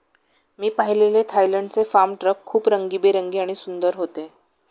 मी पाहिलेले थायलंडचे farm truck खूप रंगीबेरंगी आणि सुंदर होते